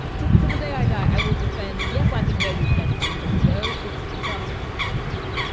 took till the day i die. i will defend. yes, i can hear you claim fandango. it's just beautiful.